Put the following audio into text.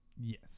Yes